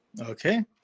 okay